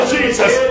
Jesus